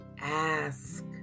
ask